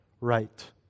right